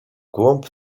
głąb